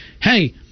hey